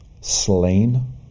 slain